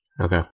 Okay